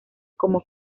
como